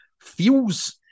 feels